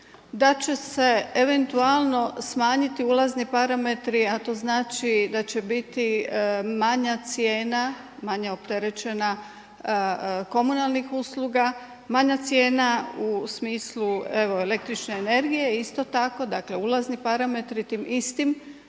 da će se eventualno smanjiti ulazni parametri, a to znači da će biti manja cijena, manja opterećenja komunalnih usluga, manja cijena u smislu evo električne energije i isto tako ulazni parametri tim istim